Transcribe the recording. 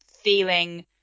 feeling